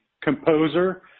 composer